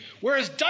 Whereas